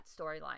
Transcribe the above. storyline